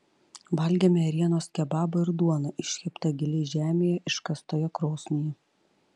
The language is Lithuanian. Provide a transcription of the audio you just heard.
valgėme ėrienos kebabą ir duoną iškeptą giliai žemėje iškastoje krosnyje